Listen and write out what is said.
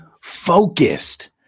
Focused